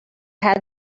had